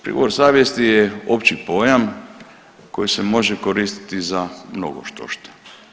Pitanje savjesti je opći pojam koji se može koristiti za mnogo štošta.